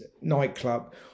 nightclub